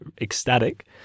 ecstatic